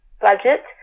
budget